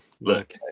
Look